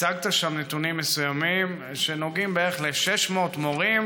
הצגת שם נתונים מסוימים שנוגעים בערך ל-600 מורים